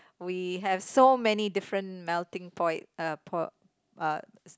we have so many different melting poi~ uh po~ uh